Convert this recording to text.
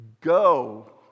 Go